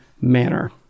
manner